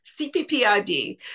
CPPIB